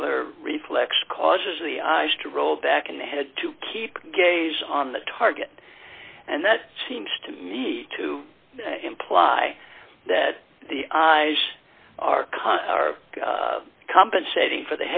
ocular reflex causes the eyes to roll back in the head to keep gaze on the target and that seems to me to imply that the eyes are cut are compensating for